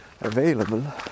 available